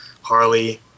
Harley